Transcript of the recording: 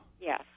Yes